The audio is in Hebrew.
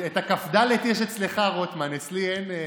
את הכ"ד יש אצלך, רוטמן, אצלי אין.